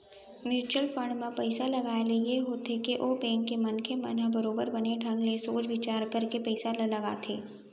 mutual fund म पइसा लगाए ले ये होथे के ओ बेंक के मनखे मन ह बरोबर बने ढंग ले सोच बिचार करके पइसा ल लगाथे